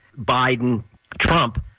Biden-Trump